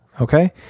Okay